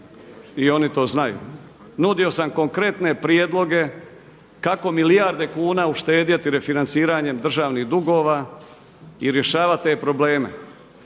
i oni to znaju. Nudio sam konkretne prijedloge kako milijarde kuna uštedjeti refinanciranjem državnih dugova i rješavati te probleme.